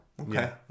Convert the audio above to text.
okay